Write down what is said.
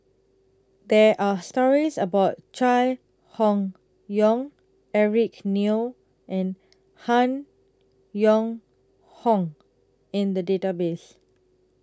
There Are stories about Chai Hon Yoong Eric Neo and Han Yong Hong in The Database